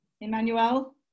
Emmanuel